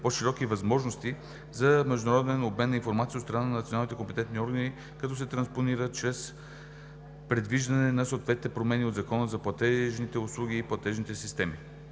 по-широки възможности за международен обмен на информация от страна на националните компетентни органи, като се транспонира чрез предвиждане на съответните промени в Закона за платежните услуги и платежните системи.